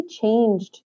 changed